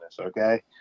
Okay